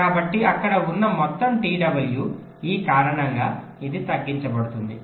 కాబట్టి అక్కడ ఉన్న మొత్తం t w ఈ కారణంగా ఇది తగ్గించబడుతుంది